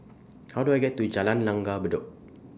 How Do I get to Jalan Langgar Bedok